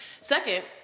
Second